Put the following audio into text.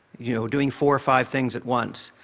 you know, doing four or five things at once,